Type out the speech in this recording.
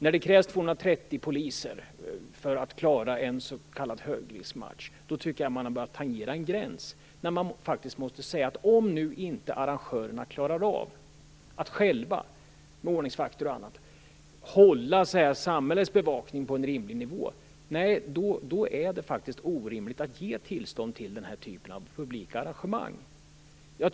När det krävs 230 poliser för att klara av en s.k. högriskmatch tycker jag att man har börjat tangera en gräns. När det har gått så långt måste man säga att om nu inte arrangörerna klarar av att själva, med ordningsvakter och annat, hålla samhällets bevakning på en rimlig nivå, då är det faktiskt orimligt att ge tillstånd till den här typen av publika arrangemang.